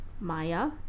Maya